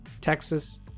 Texas